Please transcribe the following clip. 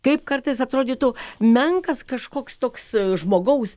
kaip kartais atrodytų menkas kažkoks toks žmogaus